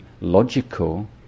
logical